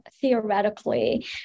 theoretically